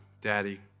daddy